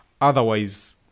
Otherwise